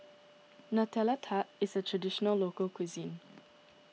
Nutella Tart is a Traditional Local Cuisine